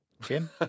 Jim